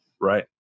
Right